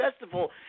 festival